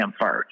first